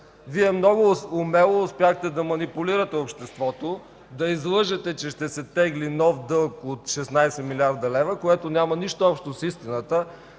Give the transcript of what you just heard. Вие много успешно успяхте да манипулирате обществото, да излъжете, че ще се тегли нов дълг от 16 млрд. лв., което няма нищо общо с истината,